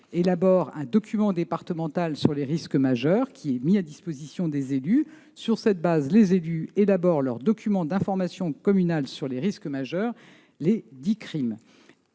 élaborent un document départemental sur les risques majeurs, qui est mis à disposition des élus. Sur cette base, les élus rédigent leur document d'information communal sur les risques majeurs, le Dicrim.